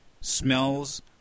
smells